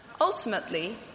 Ultimately